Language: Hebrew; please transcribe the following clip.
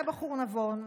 אתה בחור נבון,